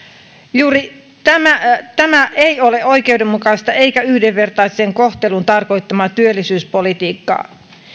tämä tämä ei ole oikeudenmukaista eikä yhdenvertaisen kohtelun tarkoittamaa työllisyyspolitiikkaa